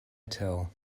tell